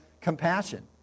compassion